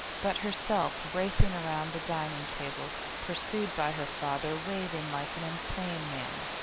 but herself racing around the dining table pursued by her father raving like an insane man.